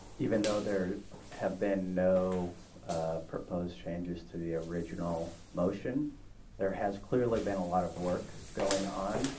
even though there have been no proposed changes to the original motion there has clearly been a lot of work going on